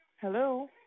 Hello